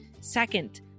Second